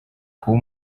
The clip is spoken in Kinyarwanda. kuba